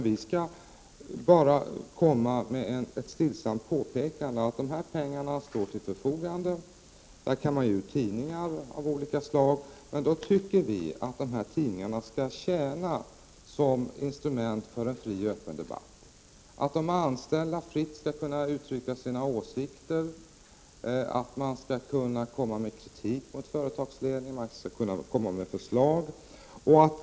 Vi skall endast komma med ett stillsamt påpekande om att dessa pengar står till förfogande och att man kan ge ut tidningar av olika slag. Men vi anser att dessa tidningar då skall tjäna som instrument för en fri och öppen debatt. De anställda skall fritt kunna uttrycka sina åsikter, man skall kunna komma med kritik mot företagsledningen och med förslag.